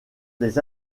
des